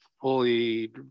fully